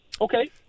Okay